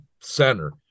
center